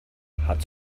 hat